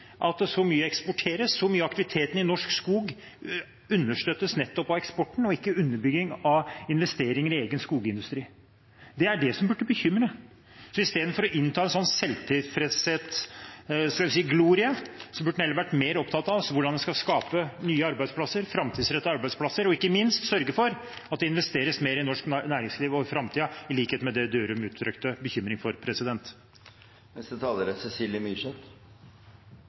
at så mye eksporteres, at så mye av aktiviteten i norsk skog understøttes nettopp av eksporten og ikke av underbygging av investeringer i egen skogindustri? Det er det som burde bekymre. Istedenfor å innta en slik selvtilfredshetsglorie burde han vært mer opptatt av hvordan en skal skape nye arbeidsplasser, framtidsrettede arbeidsplasser, og ikke minst sørge for at det investeres mer i norsk næringsliv i framtida, i likhet med det Dørum uttrykte bekymring for.